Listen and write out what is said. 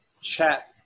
chat